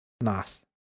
Nice